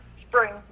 spring